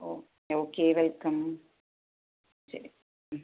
okay okay welcome ശരി